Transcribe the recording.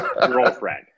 girlfriend